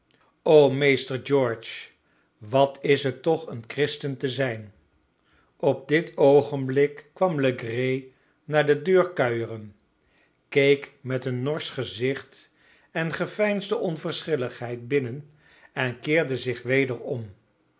o meester george wat is het toch een christen te zijn op dit oogenblik kwam legree naar de deur kuieren keek met een norsch gezicht en geveinsde onverschilligheid binnen en keerde zich weder